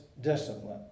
discipline